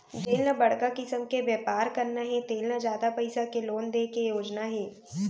जेन ल बड़का किसम के बेपार करना हे तेन ल जादा पइसा के लोन दे के योजना हे